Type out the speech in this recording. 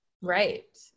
Right